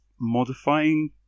modifying